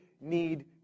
need